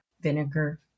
vinegar